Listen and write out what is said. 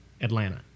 Atlanta